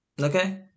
Okay